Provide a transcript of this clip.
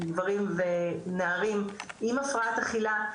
גברים ונערים עם הפרעת אכילה,